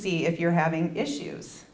see if you're having issues